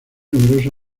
numerosas